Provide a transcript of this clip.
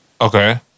Okay